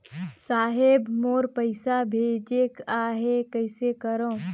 साहेब मोर पइसा भेजेक आहे, कइसे करो?